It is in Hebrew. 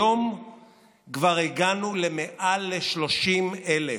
היום כבר הגענו למעל 30,000,